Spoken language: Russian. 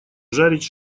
жарить